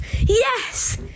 Yes